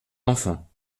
enfant